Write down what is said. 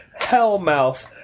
Hellmouth